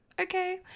okay